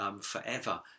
forever